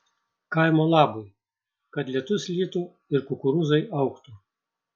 kaimo labui kad lietus lytų ir kukurūzai augtų